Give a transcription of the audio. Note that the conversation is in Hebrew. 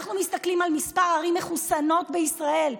כשאנחנו מסתכלים על מספר הערים המחוסנות בישראל,